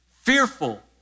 fearful